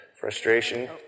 Frustration